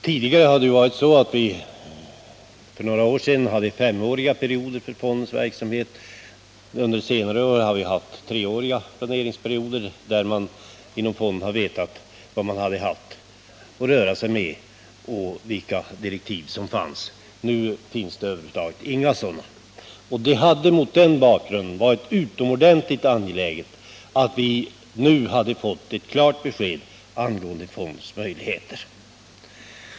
Tidigare var direktiven för fonden femåriga men under senare år har de varit treåriga. Under dessa perioder har man inom fonden vetat vad man haft att röra sig med och vilka direktiv man skulle rätta sig efter. Nu finns över huvud taget inga sådana. Det var mot den bakgrunden mycket angeläget att vi fick ett klart besked angående fondens möjligheter.